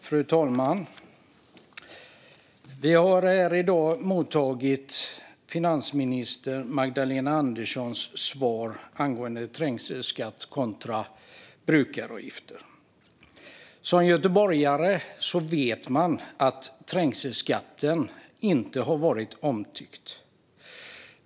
Fru talman! Vi har här i dag mottagit finansminister Magdalena Anderssons svar angående trängselskatt kontra brukaravgifter. Som göteborgare vet man att trängselskatten inte har varit omtyckt.